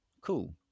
cool